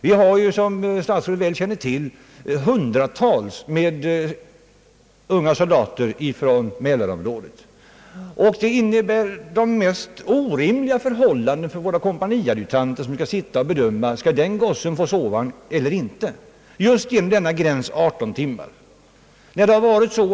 Vi har, som statsrådet väl känner till, i Boden hundratals unga soldater från Mälarområdet, vilket innebär de mest orimliga konsekvenser för våra kompaniadjutanter, som skall bedöma om den eller den soldaten skall få sovvagnsbiljett. Just 18-timmarsgränsen skapar irritation.